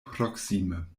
proksime